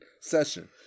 session